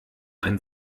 ein